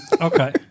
okay